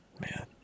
Man